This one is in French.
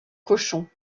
cochons